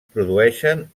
produeixen